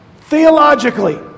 theologically